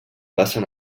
passen